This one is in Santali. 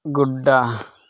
ᱜᱳᱰᱰᱟ